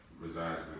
resides